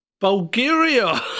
Bulgaria